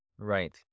Right